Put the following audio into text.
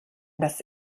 das